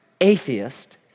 atheist